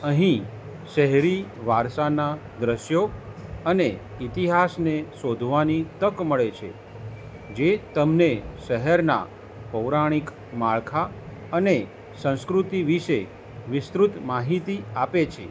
અહીં શહેરી વારસાનાં દૃશ્યો અને ઈતિહાસને શોધવાની તક મળે છે જે તમને શહેરના પૌરાણિક માળખા અને સંસ્કૃતિ વિશે વિસ્તૃત માહિતી આપે છે